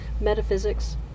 metaphysics